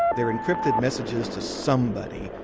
they are encrypted messages to somebody.